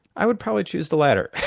i would probably choose the latter!